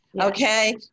Okay